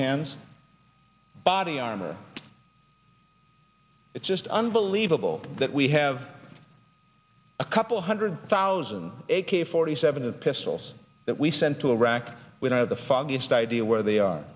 hands body armor it's just unbelievable that we have a couple hundred thousand a k forty seven pistols that we sent to iraq we don't have the foggiest idea where they are